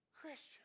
Christian